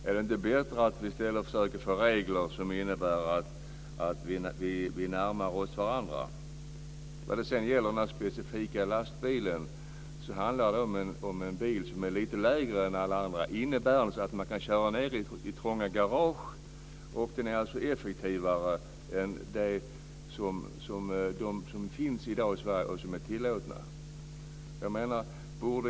Är det inte bättre att vi försöker få till stånd regler som innebär att vi närmar oss varandra? Det handlar här om en bil som är lite lägre än andra, vilket innebär att man kan köra ned i trånga garage. Den är effektivare än de som i dag är tillåtna i Sverige.